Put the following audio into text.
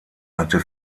hatte